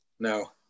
No